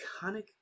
iconic